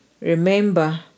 Remember